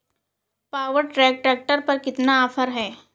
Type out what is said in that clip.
Power track tractor पर कितना offer है?